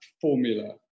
formula